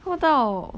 看不到